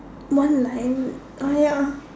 one line uh ya